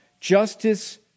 justice